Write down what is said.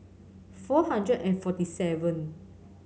four hundred and forty seven